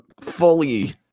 fully